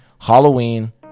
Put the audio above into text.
Halloween